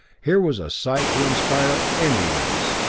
here was a sight to inspire any race!